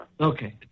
Okay